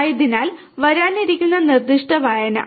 അതിനാൽ വരാനിരിക്കുന്ന നിർദ്ദിഷ്ട വായന